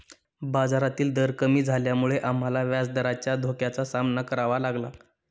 बाजारातील दर कमी झाल्यामुळे आम्हाला व्याजदराच्या धोक्याचा सामना करावा लागला